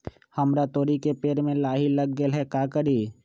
हमरा तोरी के पेड़ में लाही लग गेल है का करी?